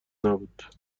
نبود